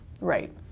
Right